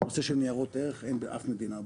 הנושא של ניירות ערך אין באף מדינה בעולם,